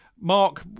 Mark